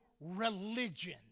religion